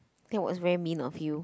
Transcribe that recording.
that was very mean of you